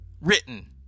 written